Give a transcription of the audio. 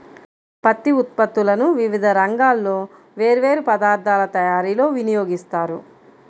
పత్తి ఉత్పత్తులను వివిధ రంగాల్లో వేర్వేరు పదార్ధాల తయారీలో వినియోగిస్తారు